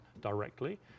directly